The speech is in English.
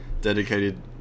dedicated